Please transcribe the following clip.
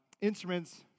Instruments